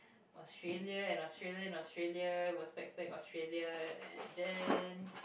Australia and Australia and Australia it was back to back Australia and then